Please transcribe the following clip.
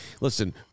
Listen